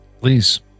please